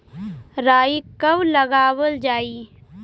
राई कब लगावल जाई?